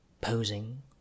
posing